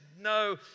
no